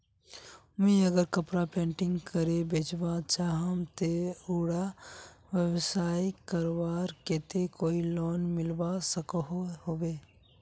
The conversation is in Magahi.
मुई अगर कपड़ा पेंटिंग करे बेचवा चाहम ते उडा व्यवसाय करवार केते कोई लोन मिलवा सकोहो होबे?